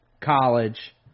college